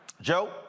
Joe